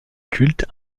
cultes